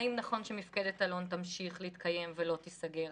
האם נכון שמפקדת אלון תמשיך להתקיים ולא תיסגר?